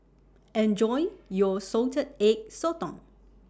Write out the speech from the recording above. Enjoy your Salted Egg Sotong